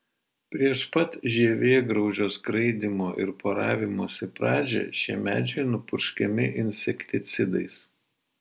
prieš pat žievėgraužio skraidymo ir poravimosi pradžią šie medžiai nupurškiami insekticidais